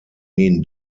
mean